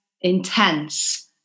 intense